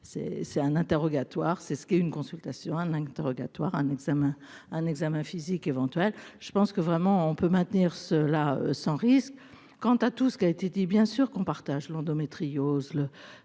c'est un interrogatoire, c'est ce qui est une consultation un interrogatoire un examen un examen physique éventuelle, je pense que vraiment on peut maintenir ce là sans risque quant à tout ce qui a été dit, bien sûr qu'on partage l'endométriose